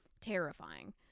terrifying